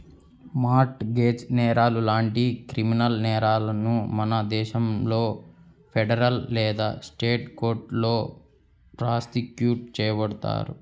mart gauge నేరాలు లాంటి criminal నేరాలను మన దేశంలో ఫెడరల్ లేదా స్టేట్ కోర్టులో ప్రాసిక్యూట్ చేయబడతాయి